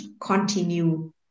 continue